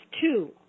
two